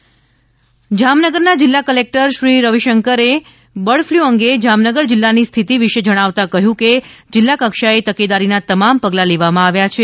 Jamnagar bird flu જામનગરના જિલ્લા કલેક્ટરશ્રી રવિશંકરે બર્ડ ફ્લુ અંગે જામનગર જિલ્લાની સ્થિતિ વિશે જણાવતા કહ્યું હતું કે જિલ્લા કક્ષાએ તકેદારીના તમામ પગલા લેવામાં આવેલા છે